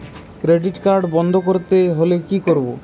Credit card বন্ধ করতে হলে কি করব?